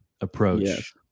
approach